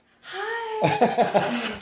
Hi